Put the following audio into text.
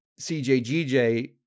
CJGJ